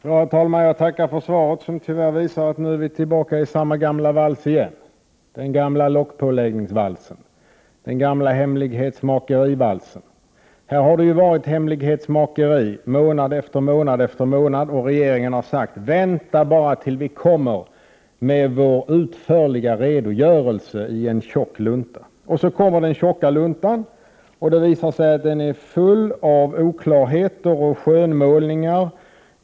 Herr talman! Jag tackar för svaret, som tyvärr visar att vi nu är tillbaka i samma gamla vals igen, nämligen den gamla lockpåläggningsvalsen, den gamla hemlighetsmakerivalsen. Här har det varit hemlighetsmakeri månad efter månad, och regeringen har sagt: Vänta bara tills vi kommer med vår utförliga redogörelse i en tjock lunta. Så kommer den tjocka luntan, och då visar det sig att den är full av oklarheter och skönmålningar.